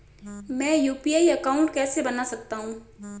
मैं UPI account कैसे बना सकता हूं?